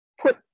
put